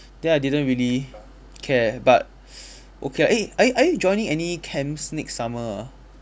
then I didn't really care but okay ah eh are you are you joining any camps next summer ah